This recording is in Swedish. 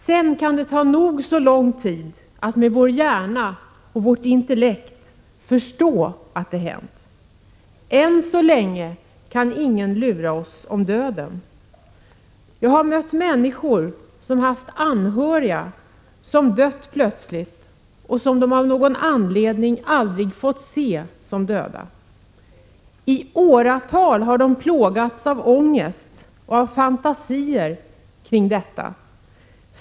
Sedan kan det ta nog så lång tid att med vår hjärna och vårt intellekt förstå att det hänt. Än så länge kan ingen lura oss om döden. Jag har mött människor som haft anhöriga som dött plötsligt och som de av någon anledning aldrig fått se som döda. I åratal har de plågats av ångest och av fantasier kring detta.